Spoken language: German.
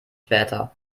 später